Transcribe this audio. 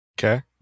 Okay